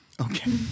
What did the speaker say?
Okay